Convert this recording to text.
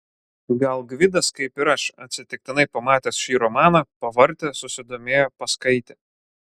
gal gvidas kaip ir aš atsitiktinai pamatęs šį romaną pavartė susidomėjo paskaitė